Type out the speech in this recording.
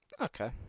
Okay